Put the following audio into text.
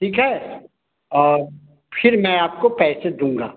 ठीक है और फिर मैं आपको पैसे दूँगा